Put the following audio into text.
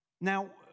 Now